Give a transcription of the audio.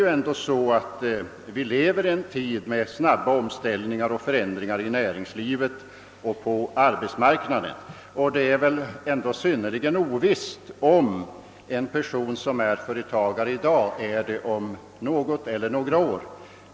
Vi lever ändå i en tid med snabba omställningar och förändringar i näringslivet och på arbetsmarknaden, och det är synnerligen ovisst, om en person som är företagare i dag också är det om något eller några år.